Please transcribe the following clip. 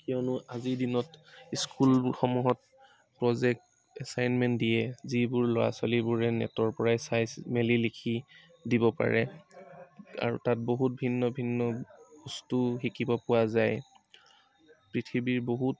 কিয়নো আজিৰ দিনত স্কুলসমূহত প্ৰজেক্ট এছাইণমেণ্ট দিয়ে যিবোৰ ল'ৰা ছোৱালীবোৰে নেটৰ পৰাই চাই মেলি লিখি দিব পাৰে আৰু তাত বহুত ভিন্ন ভিন্ন বস্তু শিকিব পোৱা যায় পৃথিৱীৰ বহুত